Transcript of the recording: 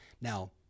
Now